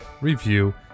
review